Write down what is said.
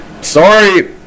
Sorry